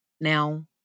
now